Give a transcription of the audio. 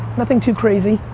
nothing too crazy.